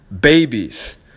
babies